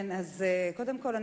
קודם כול,